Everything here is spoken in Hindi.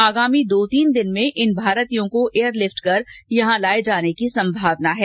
आगामी दो तीन दिन में इन भारतीयों को एयर लिफ्ट कर यहां लाए जाने की संभावना है